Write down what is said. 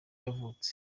yavutse